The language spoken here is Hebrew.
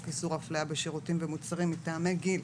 איסור אפליה בשירותים ומוצרים מטעמי גיל.